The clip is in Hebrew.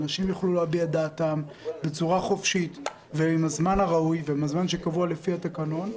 ואנשים יוכלו להביע את דעתם בצורה חופשית ובזמן הראוי שקבוע לפי התקנון.